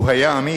הוא היה אמיץ,